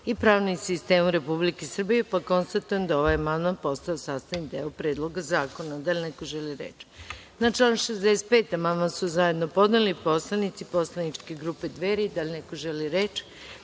i pravnim sistemom Republike Srbije. Konstatujem da je ovaj amandman postao sastavni deo Predloga zakona. Da li neko želi reč? (Ne.)Na član 65. amandman su zajedno podneli narodni poslanici poslaničke grupe Dveri. Da li neko želi reč?